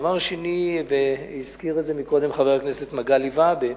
דבר שני, הזכיר את זה קודם חבר הכנסת מגלי והבה.